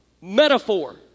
metaphor